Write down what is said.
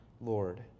Lord